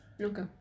okay